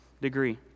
degree